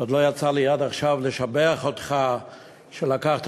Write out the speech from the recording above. עוד לא יצא לי עד עכשיו לשבח אותך על שלקחת